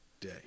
day